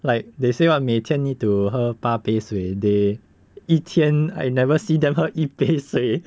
like they say what 每天 need to 喝八杯水 they 一天 I never see them 喝一杯水